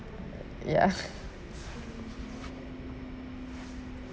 ya